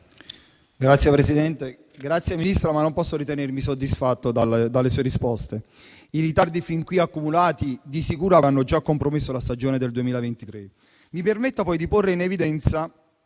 ringrazio la signora Ministro ma non posso ritenermi soddisfatto dalle sue risposte. I ritardi fin qui accumulati di sicuro avranno già compromesso la stagione 2023. Mi permetta poi di porre in evidenza